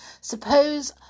Suppose